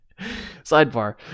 sidebar